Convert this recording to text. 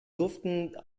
durften